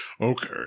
okay